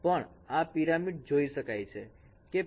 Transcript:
પ્ણ આ પિરિયડ જોઈ શકો છો